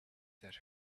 that